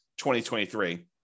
2023